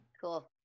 cool